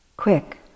quick